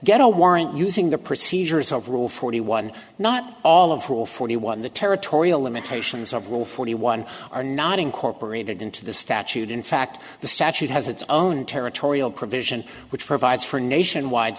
warrant using the procedures of rule forty one not all of will forty one the territorial limitations of will forty one are not incorporated into the statute in fact the statute has its own territorial provision which provides for nationwide